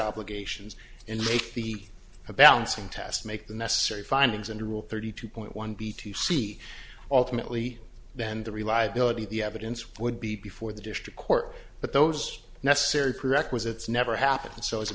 obligations and make the a balancing test make the necessary findings and rule thirty two point one b t c ultimately then the reliability of the evidence would be before the district court but those necessary prerequisites never happened so it's a